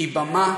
היא במה